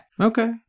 Okay